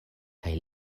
kaj